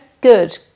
good